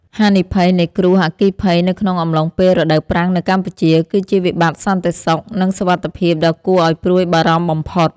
ហានិភ័យនៃគ្រោះអគ្គីភ័យនៅក្នុងអំឡុងពេលរដូវប្រាំងនៅកម្ពុជា គឺជាវិបត្តិសន្តិសុខ និងសុវត្ថិភាពដ៏គួរឱ្យព្រួយបារម្ភបំផុត។